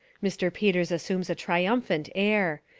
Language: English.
mr. peters assumes a triumphant air.